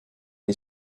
une